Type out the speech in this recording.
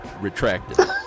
retracted